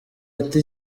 ati